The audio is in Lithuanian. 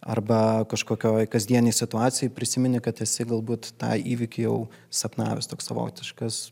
arba kažkokioj kasdienėj situacijoj prisimeni kad esi galbūt tą įvykį jau sapnavęs toks savotiškas